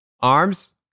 arms